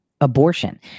abortion